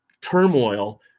turmoil